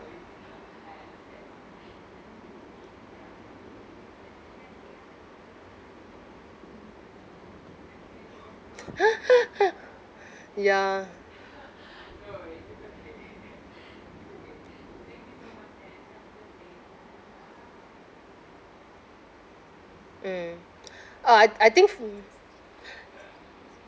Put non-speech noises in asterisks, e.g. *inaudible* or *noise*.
*laughs* ya mm *noise* uh I I think *noise*